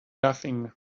nothing